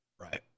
Right